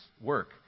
work